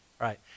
right